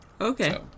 Okay